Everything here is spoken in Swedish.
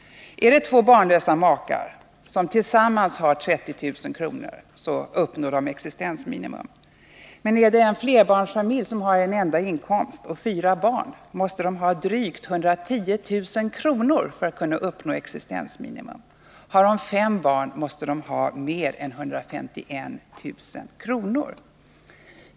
Om två barnlösa makar tillsammans har 30 000 kr., uppnår de existensminimum. Men en barnfamilj som har en enda inkomst och fyra barn måste ha drygt 110 000 kr. för att uppnå existensminimum. Har familjen fem barn, måste den ha mer än 151 000 kr. i inkomst för att uppnå existensminimum.